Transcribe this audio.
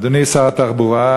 אדוני שר התחבורה,